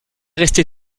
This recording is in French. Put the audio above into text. resté